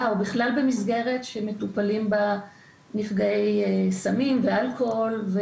או מסגרת של מטופלים נפגעי סמים ואלכוהול.